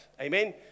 Amen